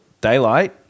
Daylight